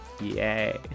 Yay